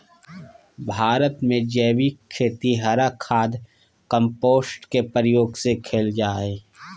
भारत में जैविक खेती हरा खाद, कंपोस्ट के प्रयोग से कैल जा हई